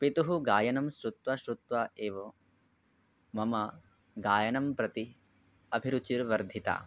पितुः गायनं श्रुत्वा श्रुत्वा एव मम गायनं प्रति अभिरुचिः वर्धिता